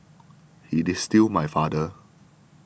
he is still my father